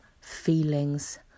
feelings